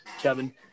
Kevin